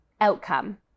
outcome